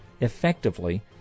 effectively